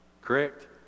correct